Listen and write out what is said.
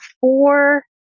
four